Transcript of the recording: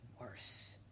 worse